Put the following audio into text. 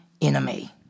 enemy